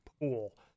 pool